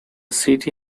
city